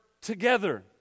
together